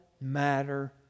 matter